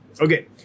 okay